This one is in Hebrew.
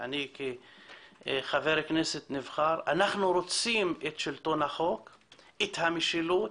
ואני כחבר כנסת נבחר אנחנו רוצים את שלטון החוק\ את המשילות,